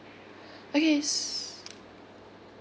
okays